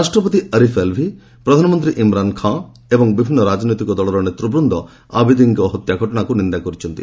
ରାଷ୍ଟ୍ରପତି ଆରିଫ୍ ଆଲ୍ଭି ପ୍ରଧାନମନ୍ତ୍ରୀ ଇମ୍ରାନ୍ ଖାନ୍ ଏବଂ ବିଭିନ୍ନ ରାଜନୈତିକ ଦଳର ନେତୃବୃନ୍ଦ ଆବିଦିଙ୍କର ହତ୍ୟା ଘଟଣାକୁ ନିନ୍ଦା କରିଛନ୍ତି